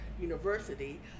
University